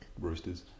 roosters